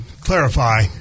clarify